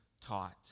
taught